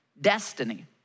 destiny